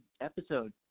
episode